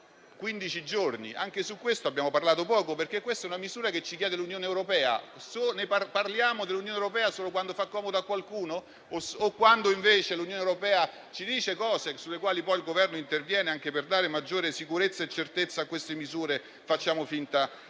giorni: anche di questo abbiamo parlato poco, perché questa è una misura che ci chiede l'Unione europea. Parliamo dell'Unione europea solo quando fa comodo a qualcuno? Quando invece l'Unione europea ci dice cose sulle quali poi il Governo interviene, anche per dare maggiore sicurezza e certezza a queste misure, facciamo finta